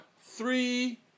three